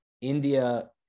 India